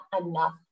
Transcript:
enough